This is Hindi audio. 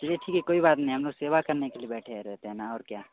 चलिए ठीक है कोई बात नहीं हम लोग सेवा करने के लिए बैठे रहते हैं ना और क्या